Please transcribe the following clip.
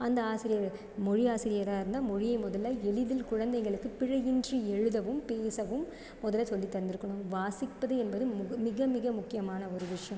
அந்த ஆசிரியர் மொழி ஆசிரியராக இருந்தால் மொழியை முதலில் எளிதில் குழந்தைகளுக்குப் பிழையின்றி எழுதவும் பேசவும் முதலில் சொல்லித் தந்துருக்கணும் வாசிப்பது என்பது மிக மிக மிக முக்கியமான ஒரு விஷயம்